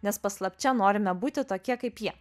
nes paslapčia norime būti tokie kaip jie